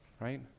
right